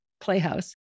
playhouse